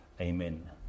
Amen